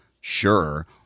sure